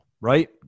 right